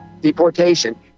deportation